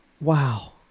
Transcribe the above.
Wow